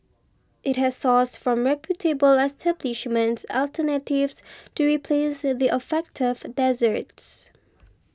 it has sourced from reputable establishments alternatives to replace the affected desserts